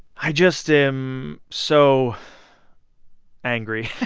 i just am so angry at.